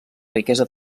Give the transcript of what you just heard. riquesa